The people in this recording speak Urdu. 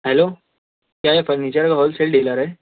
ہیلو کیا یہ فرنیچر کا ہول سیل ڈیلر ہے